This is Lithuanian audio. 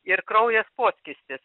ir kraujas poskystis